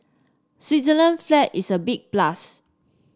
Switzerland's flag is a big plus